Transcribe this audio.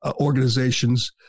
organizations